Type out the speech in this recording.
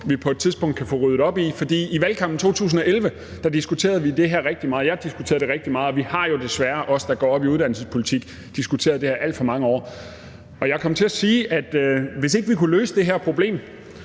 vi på et tidspunkt kan få ryddet op i. For i valgkampen i 2011 diskuterede vi det her rigtig meget; jeg diskuterede det rigtig meget, og vi har jo desværre – os, der går op i uddannelsespolitik – diskuteret det her i alt for mange år. Jeg kom til at sige, at hvis ikke vi kunne løse det her problem,